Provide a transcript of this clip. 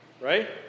Right